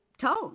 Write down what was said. tone